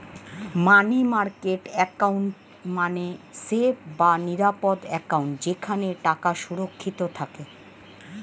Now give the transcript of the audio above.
মানি market account মানে safe বা নিরাপদ অ্যাকাউন্ট যেখানে টাকা সুরক্ষিত থাকে